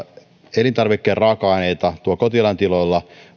elintarvikkeiden raaka aineita kotieläintiloilla